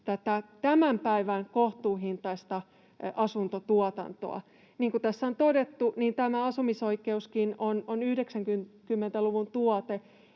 tämän päivän kohtuuhintaista asuntotuotantoa. Niin kuin tässä on todettu, tämä asumisoikeuskin on 90-luvun tuote,